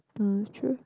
mm true